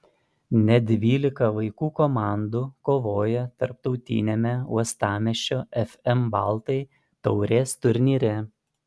net dvylika vaikų komandų kovojo tarptautiniame uostamiesčio fm baltai taurės turnyre